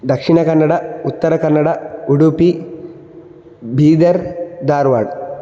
Dakshina Kannada Uttara Kannada Udupi Bidar Dharwad